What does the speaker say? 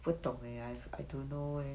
不懂 leh I don't know leh